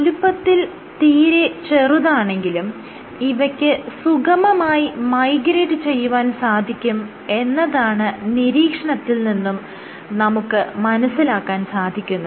വലുപ്പത്തിൽ തീരെ ചെറുതാണെങ്കിലും ഇവയ്ക്ക് സുഗമമായി മൈഗ്രേറ്റ് ചെയ്യുവാൻ സാധിക്കും എന്നതാണ് നീരീക്ഷണത്തിൽ നിന്നും നമുക്ക് മനസ്സിലാക്കാൻ സാധിക്കുന്നത്